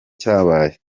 cyabaye